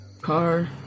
Car